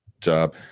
job